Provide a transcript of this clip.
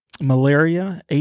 Malaria